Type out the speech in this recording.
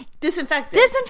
Disinfectant